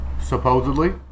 Supposedly